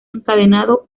encadenado